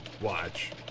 watch